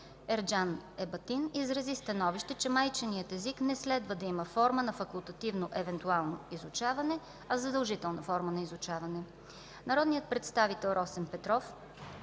Ерджан Ебатин изрази становище, че майчиният език не следва да има форма на факултативно евентуално изучаване, а задължителна форма на изучаване. Народният представител Росен Петров